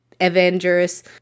Avengers